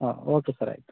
ಹಾಂ okay sir ಆಯಿತು